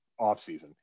offseason